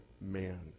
man